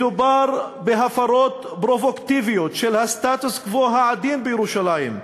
מדובר בהפרות פרובוקטיביות של הסטטוס-קוו העדין בירושלים,